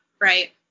right